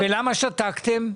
למה שתקתם?